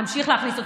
אמשיך להכניס אותה.